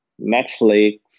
netflix